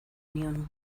nion